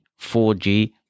4G